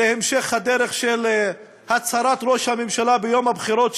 זה המשך הדרך של הצהרת ראש הממשלה ביום הבחירות,